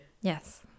Yes